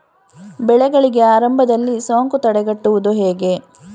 ಬೆಳೆಗಳಿಗೆ ಆರಂಭದಲ್ಲಿ ಸೋಂಕು ತಡೆಗಟ್ಟುವುದು ಹೇಗೆ?